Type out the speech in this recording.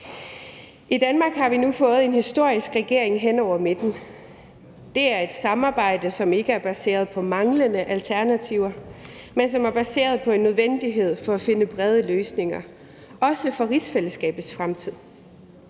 I Danmark har vi nu fået en historisk regering hen over midten. Det er et samarbejde, som ikke er baseret på manglende alternativer, men som er baseret på en nødvendighed af at finde brede løsninger, også for rigsfællesskabets fremtid.